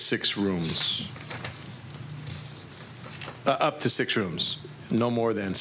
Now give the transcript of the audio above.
six rooms up to six rooms no more than